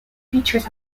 features